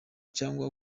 cyangwa